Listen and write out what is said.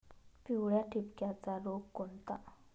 पिवळ्या ठिपक्याचा रोग कोणता?